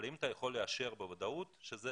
אבל האם אתה יכול לאשר בוודאות שזה